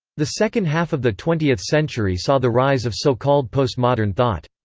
the second half of the twentieth century saw the rise of so-called postmodern thought.